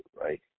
right